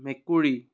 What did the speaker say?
মেকুৰী